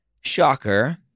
shocker